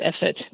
effort